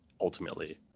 ultimately